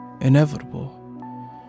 inevitable